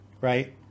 Right